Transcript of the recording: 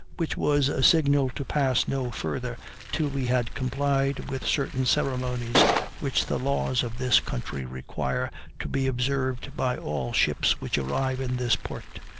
which was a signal to pass no farther till we had complied with certain ceremonies which the laws of this country require to be observed by all ships which arrive in this port.